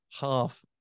half